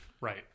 Right